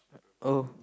oh